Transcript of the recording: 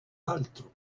altro